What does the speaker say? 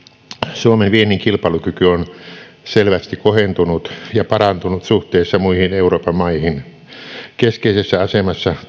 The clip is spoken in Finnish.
suomen viennin kilpailukyky on selvästi kohentunut ja parantunut suhteessa muihin euroopan maihin keskeisessä asemassa